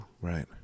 Right